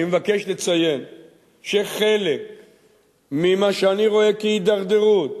אני מבקש לציין שחלק ממה שאני רואה כהידרדרות